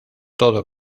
todo